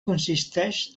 consisteix